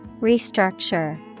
Restructure